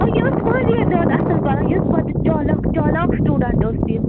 یہِ ٲس واریاہ زیادٕ اَصٕل پَران یہِ اوس وۄدٕ چالاکھ چالاکھ سٹوٗڈنٛٹ ٲس یہِ